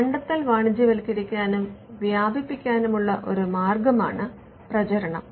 കണ്ടെത്തൽ വാണിജ്യവത്കരിക്കാനും വ്യാപിപ്പിക്കാനുമുള്ള ഒരു മാർഗ്ഗമാണ് പ്രചരണം